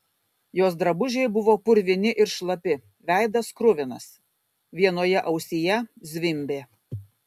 jos drabužiai buvo purvini ir šlapi veidas kruvinas vienoje ausyje zvimbė